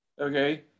okay